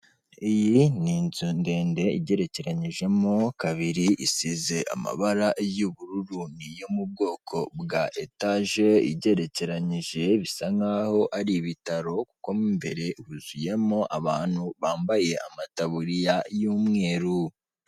Iyi ni inzu ndende igerekeranyijemo kabiri, isize amabara y'ubururu, ni yo mu bwoko bwa etaje igerekeranyije, bisa nkaho ari ibitaro kuko mo imbere huzuyemo abantu bambaye amataburiya y'umweru.